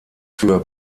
für